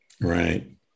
Right